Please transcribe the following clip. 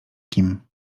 kim